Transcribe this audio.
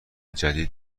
جدید